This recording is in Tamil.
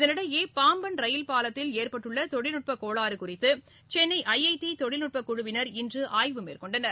இதனிடையே பாம்பன் பாலத்தில் ஏற்பட்டுள்ள தொழில் நூட்ப கோளாறு குறித்து சென்னை ஐஐடி தொழில்நுட்பக் குழுவினர் இன்று ஆய்வு மேற்கொண்டனர்